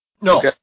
No